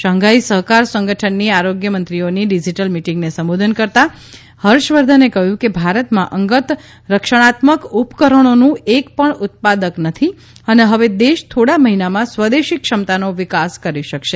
Shanghai સહકાર સંગઠનની આરોગ્યમંત્રીઓની ડિજિટલ મીટિંગને સંબોધન કરતાં હર્ષ વર્ધને કહ્યું કે ભારતમાં અંગત રક્ષણાત્મક ઉપકરણોનું એક પણ ઉત્પાદક નથી અને હવે દેશ થોડા મહિનામાં સ્વદેશી ક્ષમતાનો વિકાસ કરી શકશે